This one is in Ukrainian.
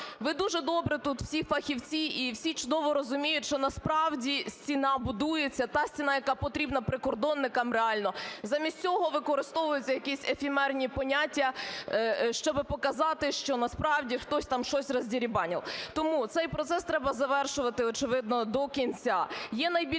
Ви дуже добре, тут всі фахівці і всі чудово розуміють, що насправді стіна будується, та стіна, яка потрібна прикордонникам реально. Замість цього використовуються якісь ефемерні поняття, щоби показати, що насправді хтось там щось роздерибанив. Тому цей процес треба завершувати, очевидно, до кінця.